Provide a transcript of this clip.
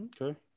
okay